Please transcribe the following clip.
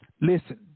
Listen